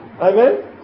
Amen